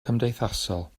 cymdeithasol